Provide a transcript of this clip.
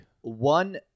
One